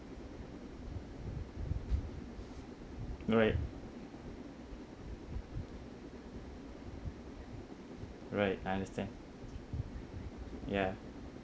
right right I understand ya